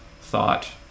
thought